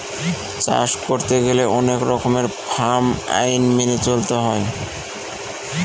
চাষ করতে গেলে অনেক রকমের ফার্ম আইন মেনে চলতে হয়